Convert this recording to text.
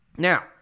Now